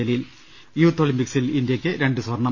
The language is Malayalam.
ജലീൽ യൂത്ത് ഒളിമ്പിക്സിൽ ഇന്ത്യക്ക് രണ്ടു സ്വർണ്ണം